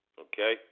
Okay